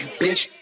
bitch